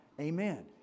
Amen